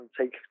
take